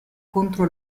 contro